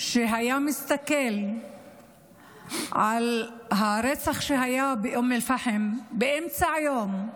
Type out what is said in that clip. שהיה מסתכל על הרצח שהיה באום אל-פחם, באמצע היום,